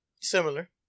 Similar